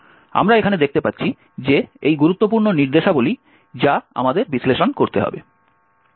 আমরা এখানে দেখতে পাচ্ছি যে এই গুরুত্বপূর্ণ নির্দেশাবলী যা আমাদের বিশ্লেষণ করতে হবে